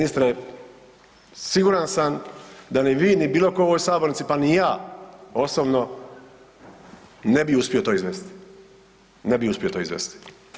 Ministre, siguran sam da ni vi, ni bilo ko u ovoj sabornici, pa ni ja osobno ne bi uspio to izvesti, ne bi uspio to izvesti.